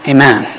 Amen